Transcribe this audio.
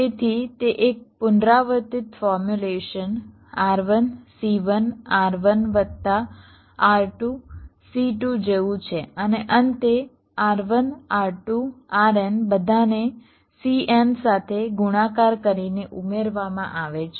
તેથી તે એક પુનરાવર્તિત ફોર્મ્યુલેશન R1 C1 R1 વત્તા R2 C2 જેવું છે અને અંતે R1 R2 RN બધાને CN સાથે ગુણાકાર કરીને ઉમેરવામાં આવે છે